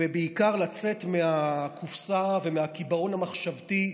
בעיקר לצאת מהקופסה ומהקיבעון המחשבתי,